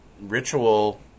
ritual